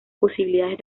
posibilidades